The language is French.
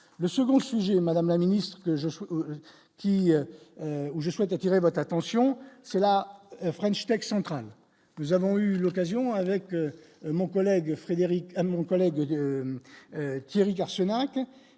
le second sujet, Madame la Ministre, que je sois qui je souhaite attirer votre attention, c'est la French Tech centrale, nous avons eu l'occasion, avec mon collègue Frédéric